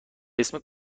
اسم